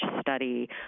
study